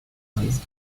noise